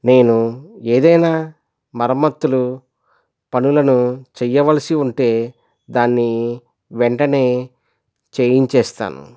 నేను ఏదైనా మరమ్మత్తులు పనులను చేయవలసి ఉంటే దాన్ని వెంటనే చేయించేస్తాను